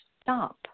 stop